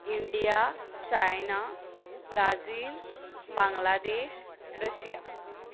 India China Brazil Bangladesh Russia